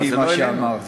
לפי מה שאמרת.